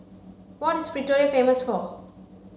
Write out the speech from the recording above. what is Pretoria famous for